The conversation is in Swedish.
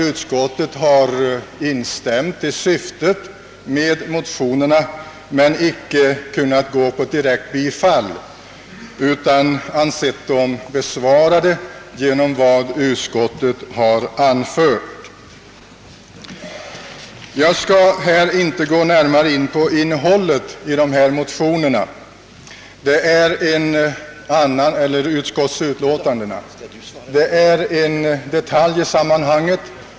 Utskottet har instämt i motionernas syften men har inte kunnat tillstyrka direkt bifall utan hemställt om att motionerna måtte anses besvarade med vad utskottet anfört. Jag skall nu inte närmare ingå på nämnda utlåtanden utan vill bara beröra en detalj i sammanhanget.